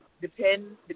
Depend